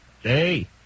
Hey